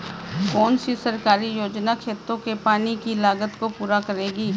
कौन सी सरकारी योजना खेतों के पानी की लागत को पूरा करेगी?